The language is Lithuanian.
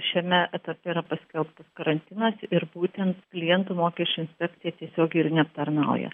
šiame etape yra paskelbtas karantinas ir būtent klientų mokesčių inspekcija tiesiog ir neaptarnauja